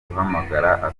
guhamagara